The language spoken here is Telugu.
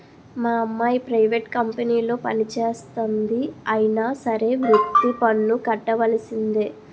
మా అమ్మాయి ప్రైవేట్ కంపెనీలో పనిచేస్తంది అయినా సరే వృత్తి పన్ను కట్టవలిసిందే